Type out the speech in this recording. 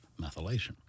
methylation